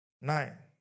Nine